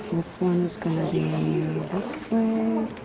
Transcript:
this one is gonna be this way.